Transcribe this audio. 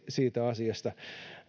siitä asiasta